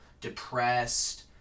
depressed